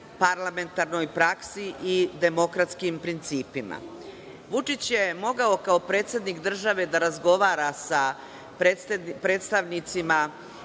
parlamentarnoj praksi i demokratskim principima. Vučić je mogao kao predsednik države da razgovara sa predstavnicima